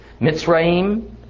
Mitzrayim